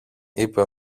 είπε